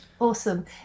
Awesome